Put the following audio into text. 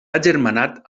agermanat